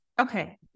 Okay